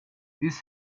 this